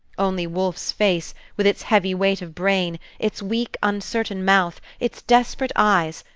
only wolfe's face, with its heavy weight of brain, its weak, uncertain mouth, its desperate eyes,